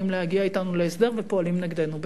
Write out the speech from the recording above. להגיע אתנו להסדר ופועלים נגדנו בטרור.